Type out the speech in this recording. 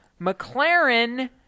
mclaren